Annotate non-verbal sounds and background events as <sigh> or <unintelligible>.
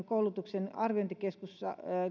<unintelligible> koulutuksen arviointikeskus